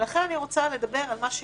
לכן אני רוצה לדבר על מה שכן.